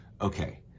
okay